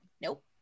Nope